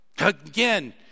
Again